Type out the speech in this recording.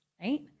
right